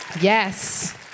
Yes